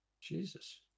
Jesus